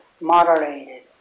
moderated